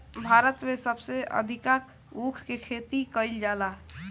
भारत में सबसे अधिका ऊख के खेती कईल जाला